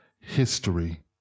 history